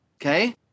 Okay